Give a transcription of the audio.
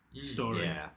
story